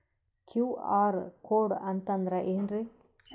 QR code ಅಂತಂದ್ರ ಏನ್ರೀ?